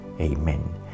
Amen